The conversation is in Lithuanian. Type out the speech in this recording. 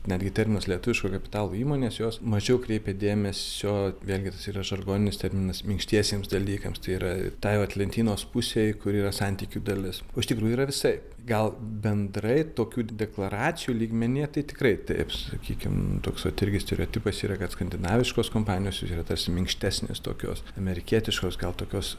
netgi terminas lietuviško kapitalo įmonės jos mažiau kreipia dėmesio vėlgi tas yra žargoninis terminas minkštiesiems dalykams tai yra tai vat lentynos pusei kur yra santykių dalis o iš tikrųjų yra visai gal bendrai tokių deklaracijų lygmenyje tai tikrai taip sakykim toks irgi stereotipas yra kad skandinaviškos kompanijos jos yra tarsi minkštesnės tokios amerikietiškos gal tokios